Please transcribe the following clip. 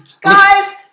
guys